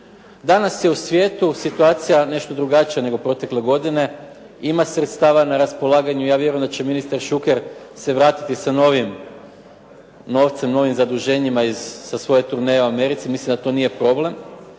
Danas je u svijetu situacija nešto drugačija nego protekle godine, ima sredstava na raspolaganju. Ja vjerujem da će ministar Šuker se vratiti sa novim novcem, novim zaduženjima sa svoje turneje u Americi, mislim da to nije problem,